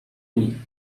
uni